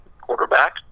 quarterback